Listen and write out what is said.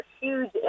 huge